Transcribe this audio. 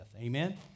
Amen